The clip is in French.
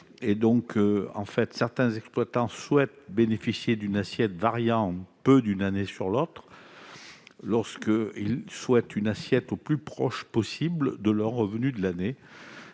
sociales. Certains exploitants souhaitent bénéficier d'une assiette variant peu d'une année sur l'autre, lorsque d'autres souhaitent une assiette qui soit la plus proche possible de leurs revenus de l'année.